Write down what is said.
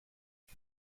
een